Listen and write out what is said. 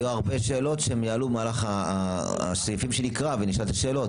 יהיו הרבה שאלות שהן יעלו במהלך הסעיפים שנקרא ונשאל את השאלות.